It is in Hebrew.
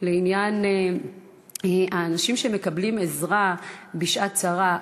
בעניין האנשים שמקבלים עזרה בשעת צרה.